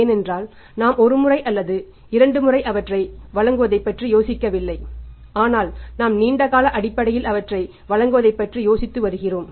ஏனென்றால் நாம் ஒரு முறை அல்லது இரண்டு முறை அவற்றை வழங்குவதைப் பற்றி யோசிக்கவில்லை ஆனால் நாம் நீண்ட கால அடிப்படையில் அவற்றை வழங்குவதைப் பற்றி யோசித்து வருகிறோம்